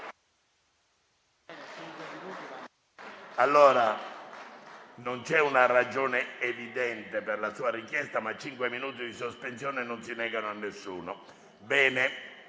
Senatore, non c'è una ragione evidente per la sua richiesta, ma cinque minuti di sospensione non si negano a nessuno.